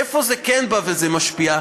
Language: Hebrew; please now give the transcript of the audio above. איפה זה כן בא וזה משפיע?